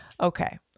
Okay